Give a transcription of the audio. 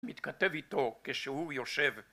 מתכתב איתו כשהוא יושב